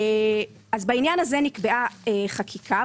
בעניין הזה נקבעה חקיקה,